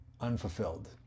unfulfilled